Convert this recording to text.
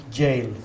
jail